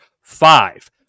five